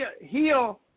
heal